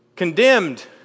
condemned